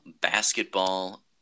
Basketball